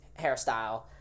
hairstyle